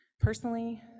Personally